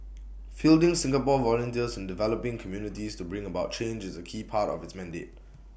fielding Singapore volunteers in developing communities to bring about change is A key part of its mandate